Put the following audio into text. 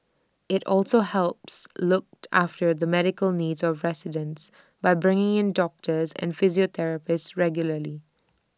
IT also helps look after the medical needs of residents by bringing in doctors and physiotherapists regularly